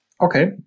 Okay